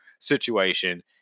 situation